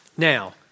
Now